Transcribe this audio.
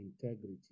integrity